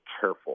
careful